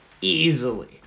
easily